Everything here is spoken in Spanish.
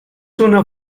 una